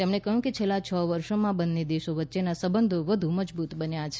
તેમણે કહ્યું કે છેલ્લા છ વર્ષોમાં બંને દેશો વચ્ચેના સંબંધો વધુ મજબૂત બન્યા છે